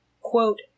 quote